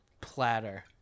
platter